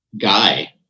guy